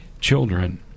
children